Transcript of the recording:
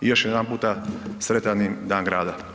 I još jedanputa, sretan im Dan grada.